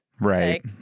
right